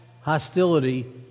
hostility